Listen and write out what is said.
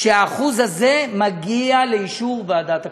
שה-1% הזה מגיע לאישור ועדת הכספים.